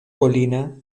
colina